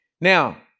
Now